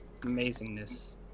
Amazingness